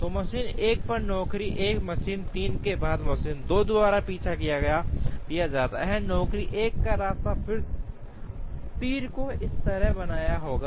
तो मशीन 1 पर नौकरी 1 मशीन 3 के बाद मशीन 2 द्वारा पीछा किया जाता है नौकरी 1 का रास्ता फिर तीर को इस तरह बनाना होगा